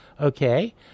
Okay